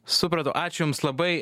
supratau ačiū jums labai